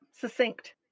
succinct